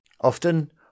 Often